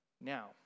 now